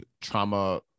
trauma